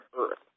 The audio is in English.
earth